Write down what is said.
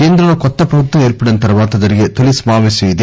కేంద్రంలో కొత్త ప్రభుత్వం ఏర్పడిన తర్వాత జరిగే తొలి సమాపేశం ఇది